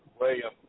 William